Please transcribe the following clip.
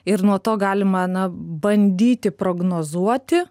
ir nuo to galima na bandyti prognozuoti